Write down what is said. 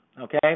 Okay